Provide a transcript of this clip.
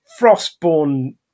Frostborn